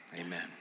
amen